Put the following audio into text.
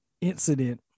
incident